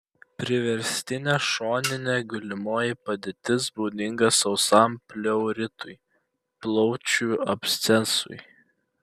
priverstinė šoninė gulimoji padėtis būdinga sausam pleuritui plaučių abscesui